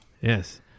yes